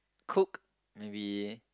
cook maybe